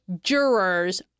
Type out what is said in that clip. jurors